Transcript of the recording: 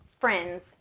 friends